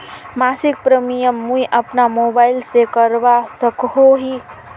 मासिक प्रीमियम मुई अपना मोबाईल से करवा सकोहो ही?